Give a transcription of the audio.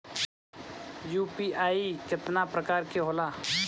UPI केतना प्रकार के होला?